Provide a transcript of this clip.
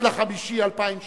ב-21 במאי 2007,